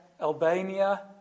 Albania